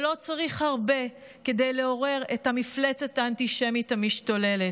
ולא צריך הרבה כדי לעורר את המפלצת האנטישמית המשתוללת.